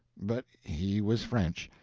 but he was french,